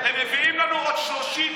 אני ראיתי שגם